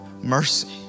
mercy